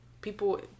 people